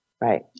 Right